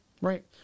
Right